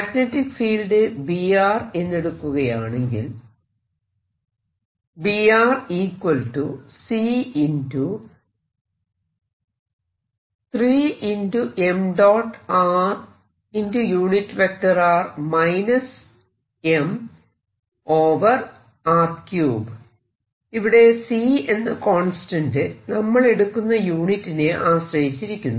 magnetic field B എന്നെടുക്കുകയാണെങ്കിൽ ഇവിടെ C എന്ന കോൺസ്റ്റന്റ് നമ്മൾ എടുക്കുന്ന യൂണിറ്റിനെ ആശ്രയിച്ചിരിക്കുന്നു